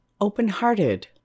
open-hearted